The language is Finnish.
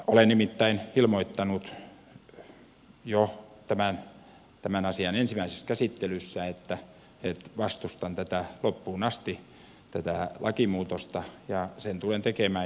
olen nimittäin ilmoittanut jo tämän asian ensimmäisessä käsittelyssä että vastustan loppuun asti tätä lakimuutosta ja sen tulen tekemään